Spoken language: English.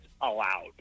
allowed